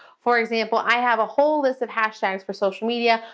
for example, i have a whole list of hashtags for social media,